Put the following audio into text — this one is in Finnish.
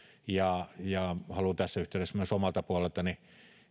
ja ja haluan tässä yhteydessä myös omalta puoleltani